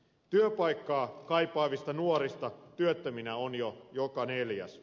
työpaikkaa kaipaavista nuorista työttöminä on jo joka neljäs